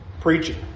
Preaching